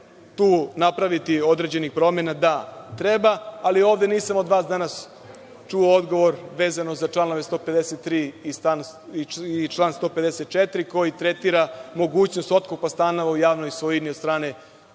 tu napraviti određene promene? Da, treba, ali ovde nisam od vas čuo odgovor vezano za čl. 153. i 154. koji tretiraju mogućnost otkupa stanova u javnoj svojini od strane